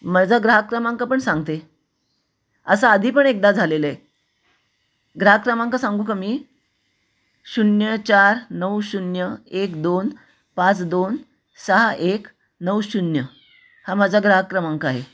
माझा ग्राहक क्रमांक पण सांगते असा आधी पण एकदा झालेलं आहे ग्राहक क्रमांक सांगू का मी शून्य चार नऊ शून्य एक दोन पाच दोन सहा एक नऊ शून्य हा माझा ग्राहक क्रमांक आहे